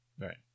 Right